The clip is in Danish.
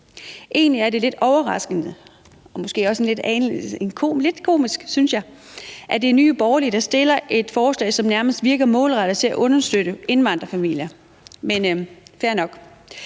Egentlig er det lidt overraskende og måske også lidt komisk, synes jeg, at det er Nye Borgerlige, der fremsætter et forslag, som nærmest målrettet virker til at understøtte indvandrerfamilier – men fair nok.